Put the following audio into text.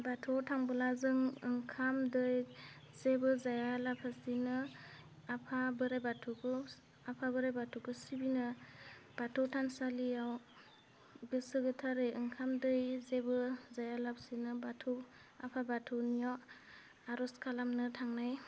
बाथौवाव थांबोला जों ओंखाम दै जेबो जाया लाबासिनो आफा बोराइ बाथौखौ आफा बोराइ बाथौखौ सिबिनो बाथौ थानसालियाव गोसो गोथारै ओंखाम दै जेबो जायालाबसिनो बाथौ आफा बाथौनियाव आर'ज खालामनो थांनाय